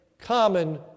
common